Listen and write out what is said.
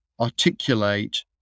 articulate